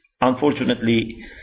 Unfortunately